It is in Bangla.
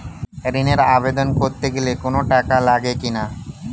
ঋণের আবেদন করতে গেলে কোন টাকা লাগে কিনা?